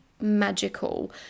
magical